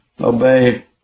obey